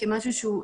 כמשהו שהוא,